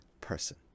person